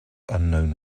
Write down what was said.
unknown